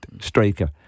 striker